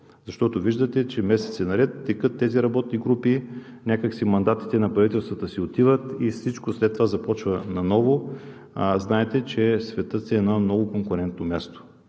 Защото виждате, че месеци наред текат тези работни групи. Някак си мандатите на правителствата си отиват и всичко след това започва наново. Знаете, че светът е едно много конкретно място